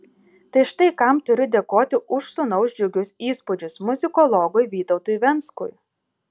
tai štai kam turiu dėkoti už sūnaus džiugius įspūdžius muzikologui vytautui venckui